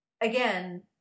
again